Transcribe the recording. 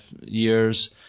years